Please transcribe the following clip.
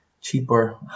cheaper